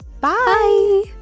Bye